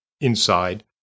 inside